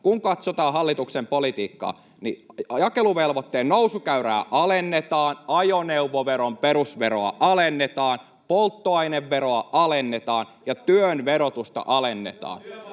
Kurvinen: Mikä ylimielisyys!] niin jakeluvelvoitteen nousukäyrää alennetaan, ajoneuvoveron perusveroa alennetaan, polttoaineveroa alennetaan ja työn verotusta alennetaan.